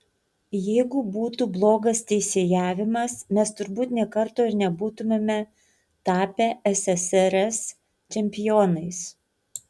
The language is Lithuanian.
jeigu būtų blogas teisėjavimas mes turbūt nė karto ir nebūtumėme tapę ssrs čempionais